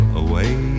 away